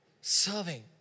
serving